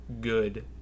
good